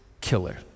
killer